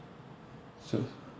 so